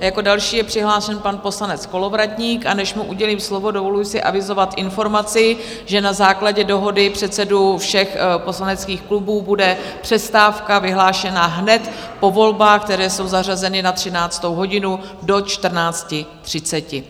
Jako další je přihlášen pan poslanec Kolovratník, a než mu udělím slovo, dovolím si avizovat informaci, že na základě dohody předsedů všech poslaneckých klubů bude přestávka vyhlášena hned po volbách, které jsou zařazeny na 13. hodinu, do 14.30.